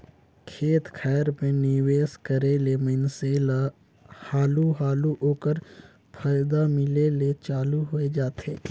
खेत खाएर में निवेस करे ले मइनसे ल हालु हालु ओकर फयदा मिले ले चालू होए जाथे